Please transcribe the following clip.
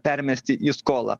permesti į skolą